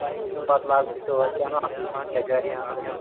تہٕ پَتہٕ لاگٕہوس ٹٲل تہِ اَنو اَصٕل پَہم کَچارِیا اَنو یا